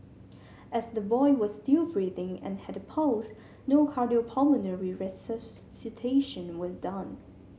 as the boy was still breathing and had a pulse no cardiopulmonary resuscitation was done